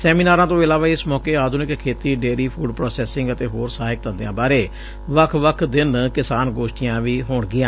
ਸੈਮੀਨਾਰਾਂ ਤੋਂ ਇਲਾਵਾ ਇਸ ਮੌਕੇ ਆਧੁਨਿਕ ਖੇਤੀ ਡੇਅਰੀ ਫੂਡ ਪ੍ਰੋਸੈਸਿੰਗ ਅਤੇ ਹੋਰ ਸਹਾਇਕ ਧੰਦਿਆਂ ਬਾਰੇ ਵੱਖ ਵੱਖ ਦਿਨ ਕਿਸਾਨ ਗੋਸਠੀਆਂ ਵੀ ਹੋਣਗੀਆਂ